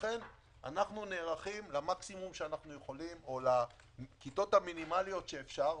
לכן אנחנו נערכים למקסימום שאנחנו יכולים או לכיתות המינימליות שאפשר,